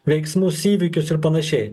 veiksmus įvykius ir panašiai